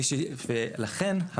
ולכן,